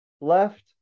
left